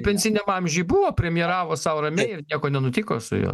pensiniam amžiuj buvo premjeravo sau ramiai ir nieko nenutiko su juo